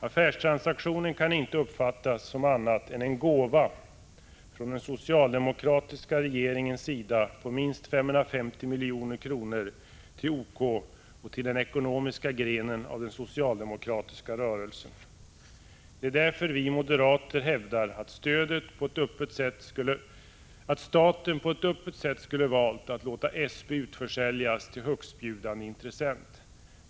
Affärstransaktionen kan inte uppfattas som annat en än gåva från den socialdemokratiska regeringens sida på minst 550 milj.kr. till OK och till den ekonomiska grenen av den socialdemokratiska rörelsen. Det är därför som vi moderater hävdar att staten borde ha valt att låta SP på ett öppet sätt utförsäljas till högstbjudande intressent.